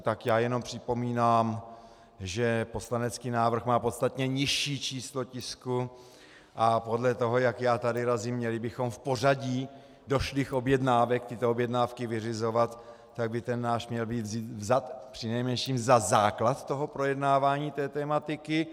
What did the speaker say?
Tak já jenom připomínám, že poslanecký návrh má podstatně nižší číslo tisku a podle toho, jak já tady razím, měli bychom v pořadí došlých objednávek tyto objednávky vyřizovat, tak by ten náš měl být vzat přinejmenším za základ projednávání té tematiky.